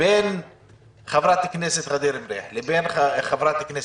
בין חברת הכנסת ע'דיר מריח לבין חברת הכנסת,